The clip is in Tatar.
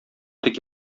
тик